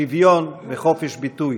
שוויון וחופש ביטוי,